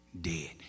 dead